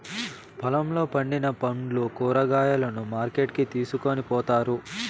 పొలంలో పండిన పండ్లు, కూరగాయలను మార్కెట్ కి తీసుకొని పోతారు